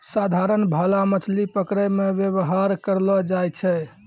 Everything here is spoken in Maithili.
साधारण भाला मछली पकड़ै मे वेवहार करलो जाय छै